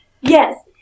Yes